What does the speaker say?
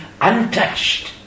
untouched